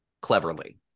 cleverly